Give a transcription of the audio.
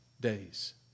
days